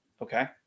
okay